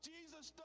Jesus